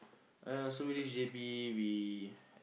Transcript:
uh so we leave J_B we